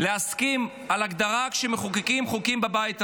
להסכים על הגדרה כשמחוקקים חוקים בבית הזה.